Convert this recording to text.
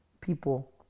people